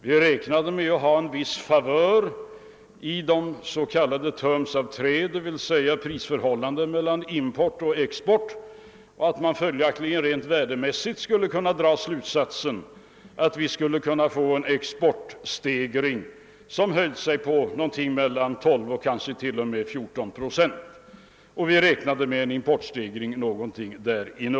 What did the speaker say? Vi räknade med att ha en viss favör i de s.k. terms of trade, d.v.s. prisförhållandet mellan export och import, och att man följaktligen rent värdemässigt skulle kunna dra slutsatsen att vi skulle kunna få en exportstegring på 12 procent eller kanske t.o.m. 14 procent. Vidare kalkylerade vi med en något lägre importstegring.